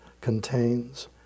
contains